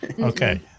Okay